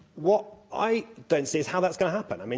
what i don't see is how that's going to happen. i mean